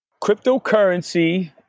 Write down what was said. Cryptocurrency